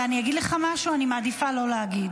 ואני אגיד לך משהו, אני מעדיפה לא להגיד.